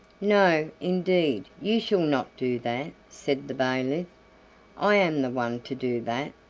no, indeed, you shall not do that, said the bailiff i am the one to do that.